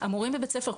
המורים בבית ספר.